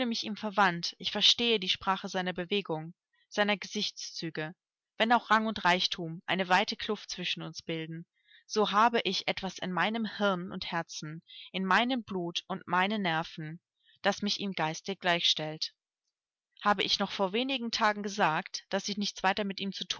ich verstehe die sprache seiner bewegungen seiner gesichtszüge wenn auch rang und reichtum eine weite kluft zwischen uns bilden so habe ich etwas in meinem hirn und herzen in meinem blut und meinen nerven das mich ihm geistig gleich stellt habe ich noch vor wenigen tagen gesagt daß ich nichts weiter mit ihm